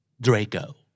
Draco